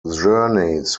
journeys